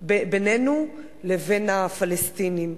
בינינו לבין הפלסטינים,